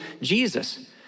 Jesus